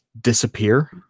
disappear